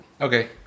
Okay